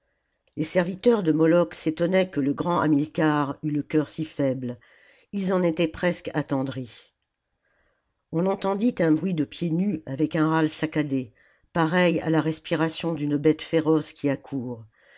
les serviteurs de moloch s'étonnaient que le grand hamilcar eût le cœur si faible ils en étaient presque attendris on entendit un bruit de pieds nus avec un râle saccadé pareil à la respiration d'une bête féroce qui accourt